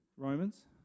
Romans